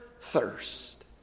thirst